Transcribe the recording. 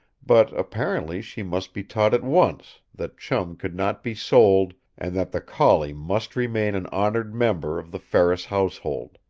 but apparently she must be taught at once that chum could not be sold and that the collie must remain an honored member of the ferris household.